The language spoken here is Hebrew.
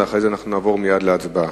ואחרי זה נעבור מייד להצבעה.